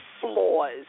flaws